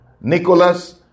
Nicholas